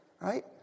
right